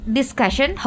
discussion